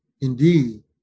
indeed